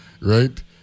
right